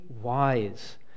wise